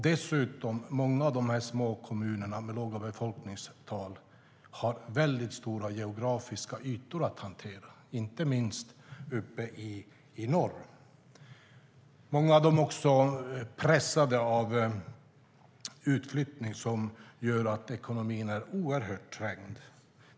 Dessutom har många av de små kommunerna med låga befolkningstal väldigt stora geografiska ytor att hantera. Det gäller inte minst uppe i norr. Många av dem är också pressade av utflyttning som gör att ekonomin är oerhörd trängd.